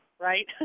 right